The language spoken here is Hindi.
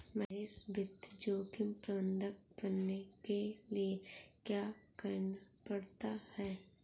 महेश वित्त जोखिम प्रबंधक बनने के लिए क्या करना पड़ता है?